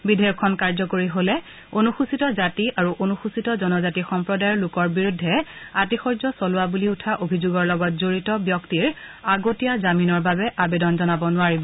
বিধেয়কখন কাৰ্যকৰী হলে অনুসূচিত জাতি আৰু অনুসূচিত জনজাতি সম্প্ৰদায়ৰ লোকৰ বিৰুদ্ধে আতিশ্য্য চলোৱা বুলি উঠা অভিযোগৰ লগত জড়িত ব্যক্তিৰ আগতীয়া জামিনৰ বাবে আবেদন জনাব নোৱাৰিব